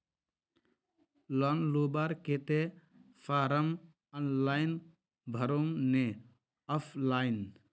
Loan लुबार केते form online भरुम ने ऑफलाइन?